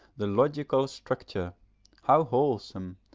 the logical structure how wholesome!